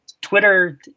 twitter